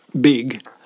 big